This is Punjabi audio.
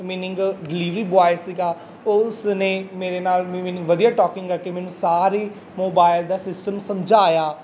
ਮੀਨਿੰਗ ਡਿਲੀਵਰੀ ਬੋਏ ਸੀਗਾ ਉਸ ਨੇ ਮੇਰੇ ਨਾਲ ਵੀ ਮੈਨੂੰ ਵਧੀਆ ਟੋਕਿੰਗ ਕਰਕੇ ਮੈਨੂੰ ਸਾਰੀ ਮੋਬਾਇਲ ਦਾ ਸਿਸਟਮ ਸਮਝਾਇਆ